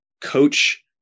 coach